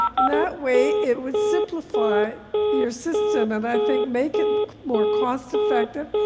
and that way it would simplify your system and i think make it more cost-effective,